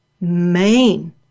main